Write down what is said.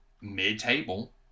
mid-table